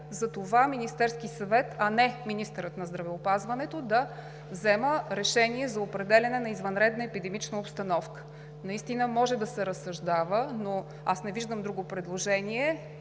за това Министерският съвет, а не министърът на здравеопазването да взема решение за определяне на извънредна епидемична обстановка. Наистина може да се разсъждава, но аз не виждам друго предложение.